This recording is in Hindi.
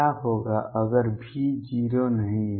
क्या होगा अगर V 0 नहीं है